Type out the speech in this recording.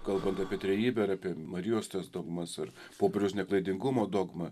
kalbant apie trejybę ar apie marijos tas dogmas ar popiežiaus neklaidingumo dogmą